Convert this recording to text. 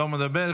לא מדבר,